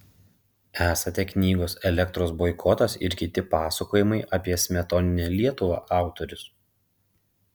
esate knygos elektros boikotas ir kiti pasakojimai apie smetoninę lietuvą autorius